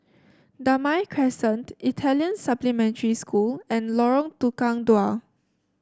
Damai Crescent Italian Supplementary School and Lorong Tukang Dua